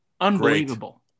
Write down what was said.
unbelievable